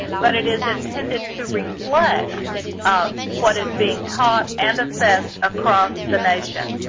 but it is intended to reflect what is being taught and assessed across the nation.